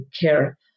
care